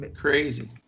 crazy